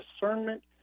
discernment